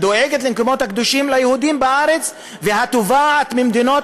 הדואגת למקומות הקדושים ליהודים בארץ והתובעת ממדינות